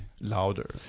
louder